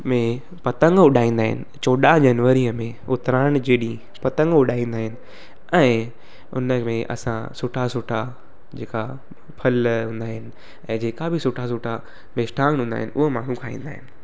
में पतंग उॾाईंदा आहिनि चोॾहं जनवरीअ में उतराण जे ॾींहुं पतंग उॾाईंदा आहिनि ऐं उन में असां सुठा सुठा जेका फल हूंदा आहिनि ऐं जेका बि सुठा सुठा मिष्ठान हूंदा आहिनि उहा माण्हू खाईंदा आहिनि